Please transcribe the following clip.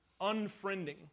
Unfriending